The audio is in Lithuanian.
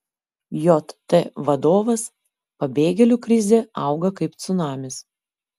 jt vadovas pabėgėlių krizė auga kaip cunamis